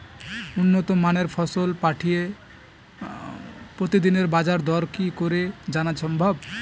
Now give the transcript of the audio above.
উন্নত মানের ফসল পাঠিয়ে প্রতিদিনের বাজার দর কি করে জানা সম্ভব?